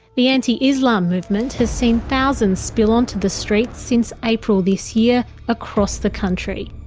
the anti-islam movement has seen thousands spill onto the streets since april this year across the country.